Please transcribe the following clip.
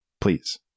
Please